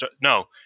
No